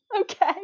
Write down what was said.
okay